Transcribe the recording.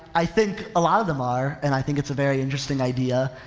i think a lot of them are and i think it's a very interesting idea.